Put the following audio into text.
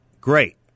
Great